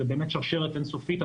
זו באמת שרשרת אינסופית,